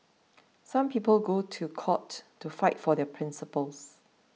some people go to court to fight for their principles